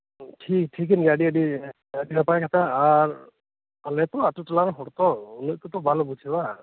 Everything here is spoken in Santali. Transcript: ᱴᱷᱤᱠᱟᱹᱱ ᱜᱮᱭᱟ ᱟᱹᱰᱤ ᱟᱹᱰᱤ ᱟᱹᱰᱤ ᱱᱟᱯᱟᱭ ᱠᱟᱛᱷᱟ ᱟᱨ ᱟᱞᱮᱛᱚ ᱟᱛᱩ ᱴᱚᱞᱟᱨᱮᱱ ᱦᱚᱲᱛᱚ ᱩᱱᱟᱹᱜ ᱫᱚᱛᱚ ᱵᱟᱞᱮ ᱵᱩᱡᱷᱟᱹᱣᱟ